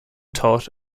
taught